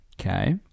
Okay